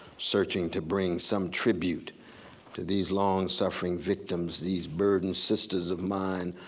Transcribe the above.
searching to bring some tribute to these long-suffering victims, these burdened sisters of mine,